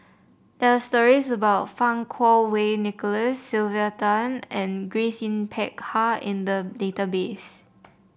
there are stories about Fang Kuo Wei Nicholas Sylvia Tan and Grace Yin Peck Ha in the database